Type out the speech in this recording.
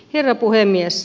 herra puhemies